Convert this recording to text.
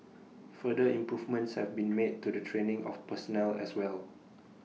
further improvements have been made to the training of personnel as well